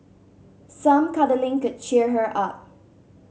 some cuddling could cheer her up